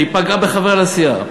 שהיא פגעה בחבר לסיעה.